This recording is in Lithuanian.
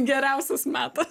geriausias metas